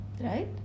right